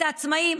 את העצמאים.